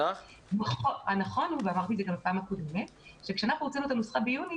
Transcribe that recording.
הנכון הוא שכשאנחנו הוצאנו את הנוסחה המדוברת,